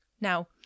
Now